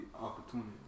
opportunity